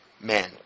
men